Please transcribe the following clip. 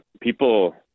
people